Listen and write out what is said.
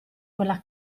quella